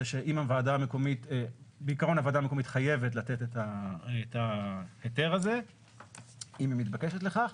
שבעיקרון הוועדה המקומית חייבת לתת את ההיתר הזה אם היא מתבקשת לכך,